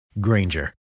Granger